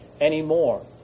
anymore